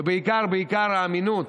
ובעיקר בעיקר האמינות,